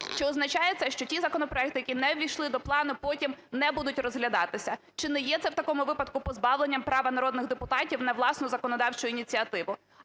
Чи означає це, що ті законопроекти, які не увійшли до плану, потім не будуть розглядатися? Чи не є це в такому випадку позбавленням права народних депутатів на власну законодавчу ініціативу?